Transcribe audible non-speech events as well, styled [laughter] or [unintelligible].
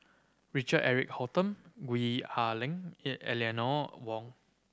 Richard Eric Holttum Gwee Ah Leng [unintelligible] Eleanor Wong